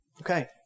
Okay